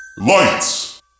Lights